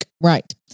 Right